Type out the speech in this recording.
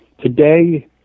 Today